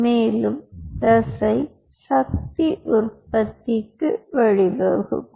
மேலும் தசை சக்தி உற்பத்திக்கு வழிவகுக்கும்